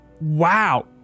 Wow